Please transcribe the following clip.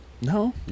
No